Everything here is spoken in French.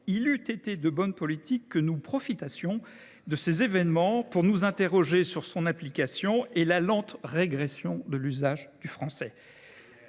il eût été de bonne politique que nous profitassions de ces événements pour nous interroger sur son application et sur la lente régression de l’usage du français.